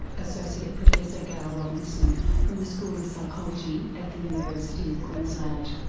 associate professor gail robinson from the school of psychology at the university of queensland.